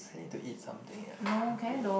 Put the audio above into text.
I need to eat something eh I very hungry